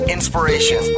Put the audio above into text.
Inspiration